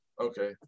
okay